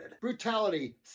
Brutality